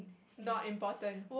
not important